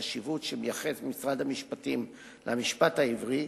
החשיבות שמייחס משרד המשפטים למשפט העברי,